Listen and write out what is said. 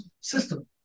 system